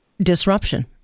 disruption